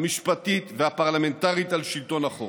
המשפטית והפרלמנטרית על שלטון החוק.